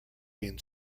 been